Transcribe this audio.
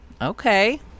Okay